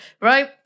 Right